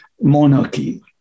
monarchy